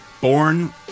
born